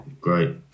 great